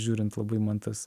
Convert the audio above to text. žiūrint labai man tas